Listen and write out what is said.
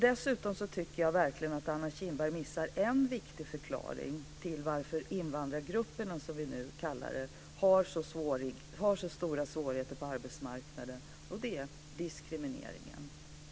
Dessutom tycker jag verkligen att Anna Kinberg missar en viktig förklaring till varför invandrargrupperna, som vi kallar dem, har så stora svårigheter på arbetsmarknaden, och det är diskrimineringen.